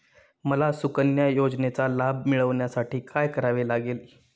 मला सुकन्या योजनेचा लाभ मिळवण्यासाठी काय करावे लागेल?